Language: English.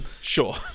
Sure